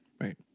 Right